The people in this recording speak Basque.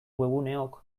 webguneok